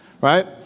right